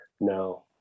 No